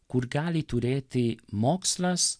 kur gali turėti mokslas